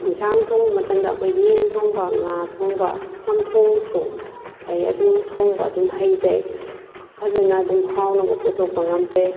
ꯌꯦꯟꯖꯥꯡ ꯊꯣꯡꯕ ꯃꯇꯝꯗ ꯑꯩꯈꯣꯏ ꯌꯦꯟ ꯊꯣꯡꯕ ꯉꯥ ꯊꯣꯡꯕ ꯆꯝꯊꯣꯡꯁꯨ ꯑꯩ ꯑꯗꯨꯝ ꯊꯣꯡꯕ ꯑꯗꯨꯝ ꯍꯩꯖꯩ ꯐꯖꯅ ꯑꯗꯨꯝ ꯍꯥꯎꯅꯕ ꯄꯨꯊꯣꯛꯄ ꯉꯝꯖꯩ